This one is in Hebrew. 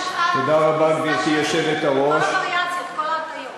כל הווריאציות, כל ההטיות.